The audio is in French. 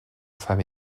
femme